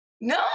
No